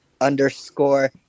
underscore